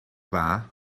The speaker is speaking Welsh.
dda